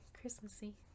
Christmassy